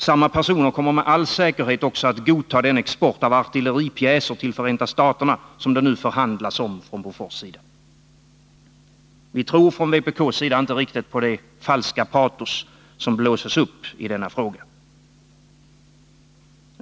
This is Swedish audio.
Samma personer kommer med all säkerhet också att godta den export av artilleripjäser till Förenta staterna som det nu förhandlas om från Bofors sida. Vi i vpk tror inte riktigt på det falska patos som blåses upp i denna fråga.